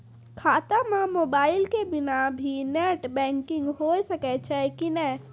खाता म मोबाइल के बिना भी नेट बैंकिग होय सकैय छै कि नै?